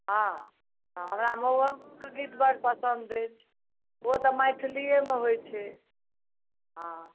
हँ हमरा मउहकके गीत बहुत पसन्द अछि ओ तऽ मैथलिएमे होइत छै हँ